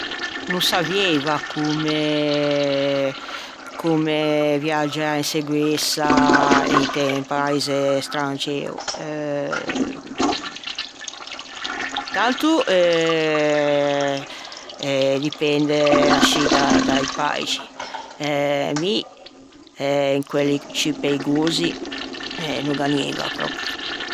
No savieiva comme viaggiâ in seguessa inte un paise estranxeo. Eh tanto eh dipende ascì da-i paixi mi eh in quelli ciù peigosi no gh'anieiva pròpio.